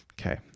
Okay